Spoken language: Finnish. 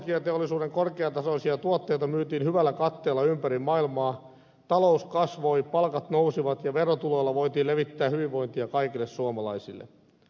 erityisesti teknologiateollisuuden korkeatasoisia tuotteita myytiin hyvällä katteella ympäri maailmaa talous kasvoi palkat nousivat ja verotuloilla voitiin levittää hyvinvointia kaikille suomalaisille